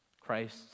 Christ